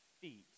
feet